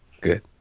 Good